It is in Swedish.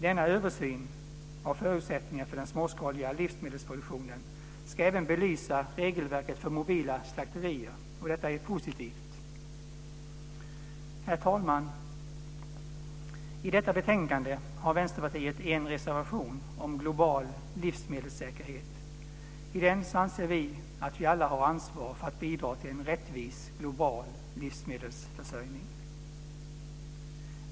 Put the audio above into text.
Denna översyn av förutsättningarna för den småskaliga livsmedelsproduktionen ska även belysa regelverket för mobila slakterier. Detta är positivt. Herr talman! I detta betänkande har Vänsterpartiet en reservation om global livsmedelssäkerhet. I den anser vi att alla har ansvar för att bidra till en rättvis global livsmedelsförsörjning.